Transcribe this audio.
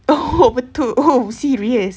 oh betul oh serious